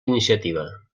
iniciativa